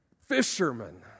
fishermen